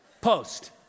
Post